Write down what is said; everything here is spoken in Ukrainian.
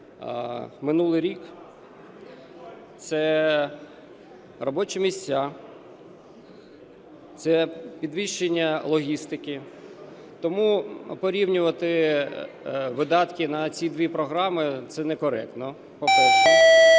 минулий рік, це робочі місця, це підвищення логістики. Тому порівнювати видатки на ці дві програми - це некоректно, по-перше.